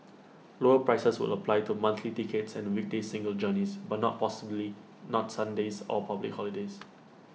lower prices would apply to monthly tickets and weekday single journeys but not possibly not Sundays or public holidays